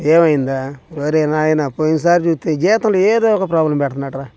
ఏమైంది ఒరేయ్ నాయన పోయినసారి చూస్తే జీతంలో ఏదో ఒక ప్రాబ్లం పెడుతున్నాడు రా